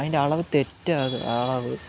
അതിന്റെ അളവ് തെറ്റാണത് ആ അളവ്